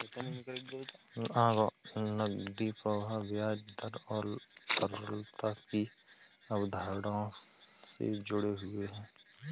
नकदी प्रवाह ब्याज दर और तरलता की अवधारणाओं से जुड़े हुए हैं